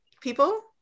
people